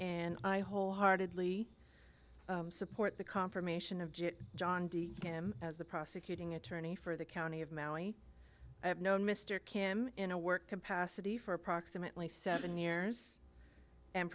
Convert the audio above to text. and i wholeheartedly support the confirmation of john d him as the prosecuting attorney for the county of maui i have known mr kim in a work capacity for approximately seven years and